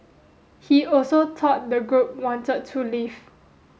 he also thought the group wanted to leave